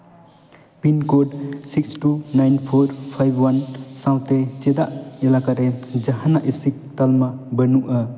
pin code six two nine four five one ᱥᱟᱶᱛᱮ ᱪᱮᱫᱟᱜ ᱮᱞᱟᱠᱟᱨᱮ ᱡᱟᱦᱟᱱᱟᱜ ᱮᱥᱤᱠ ᱛᱟᱞᱢᱟ ᱵᱟᱹᱱᱩᱜᱼᱟ